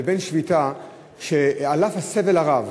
לבין שביתה שעל אף הסבל הרב